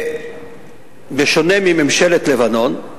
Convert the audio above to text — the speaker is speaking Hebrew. בשונה מממשלת לבנון,